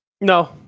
No